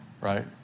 right